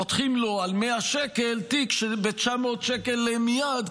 פותחים לו על 100 שקל תיק ב-900 שקל מייד,